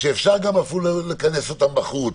ואפשר לכנס אותם בחוץ